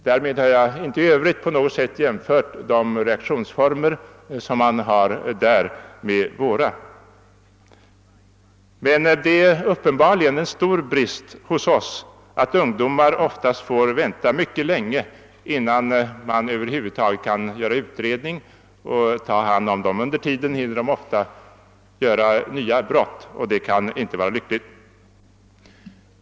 Därmed har jag inte på något sätt i övrigt jämfört reaktionsformerna i USA med våra. Men det är uppenbarligen en stor brist hos oss att ungdomar oftast får vänta mycket länge innan man över huvud taget kan göra utredning och ta hand om dem. Under tiden hinner de ofta göra sig skyldiga till ytterligare brott. Det kan inte vara lyckligt.